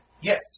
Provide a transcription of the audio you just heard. Yes